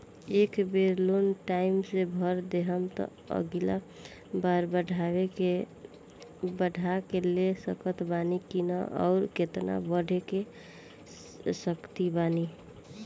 ए बेर loan time से भर देहम त अगिला बार बढ़ा के ले सकत बानी की न आउर केतना बढ़ा के ले सकत बानी?